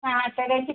हा सगळ्यांची